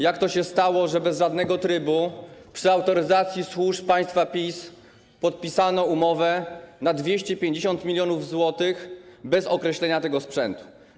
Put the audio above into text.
Jak to się stało, że bez żadnego trybu, przy autoryzacji służb państwa PiS, podpisano umowę na 250 mln zł bez określenia tego sprzętu?